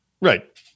Right